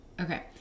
Okay